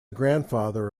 grandfather